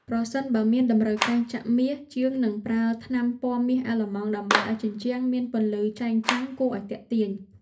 ប្រសិនបើមានតម្រូវការចាក់មាស ជាងនឹងប្រើថ្នាំពណ៌មាសអាឡឺម៉ង់ដើម្បីឱ្យជញ្ជាំងមានពន្លឺចែងចាំងគួរឱ្យទាក់ទាញ។